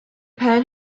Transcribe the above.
pan